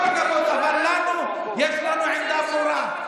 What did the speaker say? כל הכבוד, אבל לנו יש עמדה ברורה.